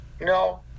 No